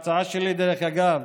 דרך אגב,